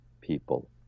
people